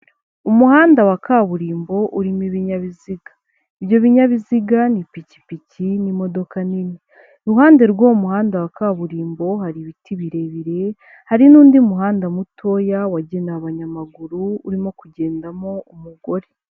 Umuhanda wa kaburimbo urimo ibinyabiziga, ibyo binyabiziga ni ipikipiki n'imodoka nini, iruhande rw'uwo muhanda wa kaburimbo hari ibiti birebire hari n'undi muhanda mutoya wagenewe abanyamaguru urimo kugendamo umugore.